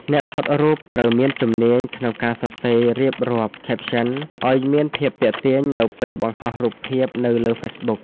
អ្នកថតរូបត្រូវមានជំនាញក្នុងការសរសេររៀបរាប់ Captions ឱ្យមានភាពទាក់ទាញនៅពេលបង្ហោះរូបភាពនៅលើហ្វេសប៊ុក។